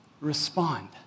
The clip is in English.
respond